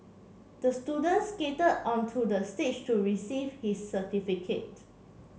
the student skated onto the stage to receive his certificate